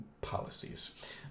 policies